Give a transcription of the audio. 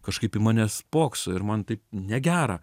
kažkaip į mane spokso ir man taip negera